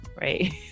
right